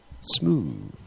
smooth